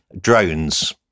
Drones